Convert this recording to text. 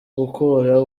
gukura